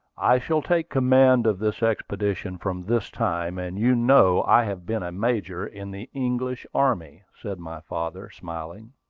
i shall take command of this expedition from this time and you know i have been a major in the english army, said my father, smiling.